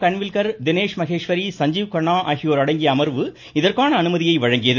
கன்வில்கர் தினேஷ் மகேஸ்வரி சஞ்ஜீவ் கண்ணா ஆகியோர் அடங்கிய அமர்வு இதற்கான அனுமதியை வழங்கியது